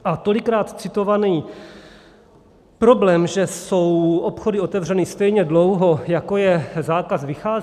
A tolikrát citovaný problém, že jsou obchody otevřeny stejně dlouho, jako je zákaz vycházení.